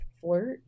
flirt